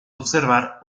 observar